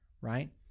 right